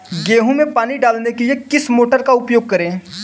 गेहूँ में पानी डालने के लिए किस मोटर का उपयोग करें?